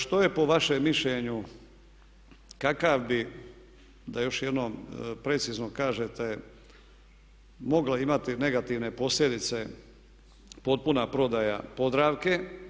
Što je po vašem mišljenju, kakav bi, da još jednom precizno kažete mogla imati negativne posljedice potpuna prodaja Podravke?